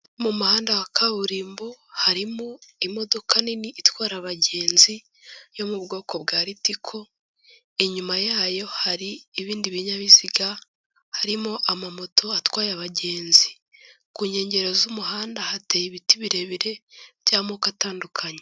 Mu muhanda wa kaburimbo harimo imodoka nini itwara abagenzi yo mu bwoko bwa Ritco, inyuma yayo hari ibindi binyabiziga. Harimo amamoto atwaye abagenzi, ku nkengero z'umuhanda hateye ibiti birebire by'amoko atandukanye.